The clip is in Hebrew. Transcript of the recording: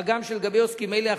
מה גם שלגבי עוסקים אלה,